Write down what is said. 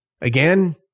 Again